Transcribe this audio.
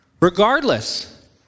Regardless